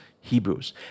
Hebrews